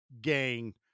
gang